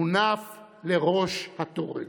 מונף בראש התורן.